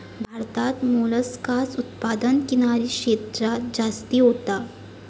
भारतात मोलस्कास उत्पादन किनारी क्षेत्रांत जास्ती होता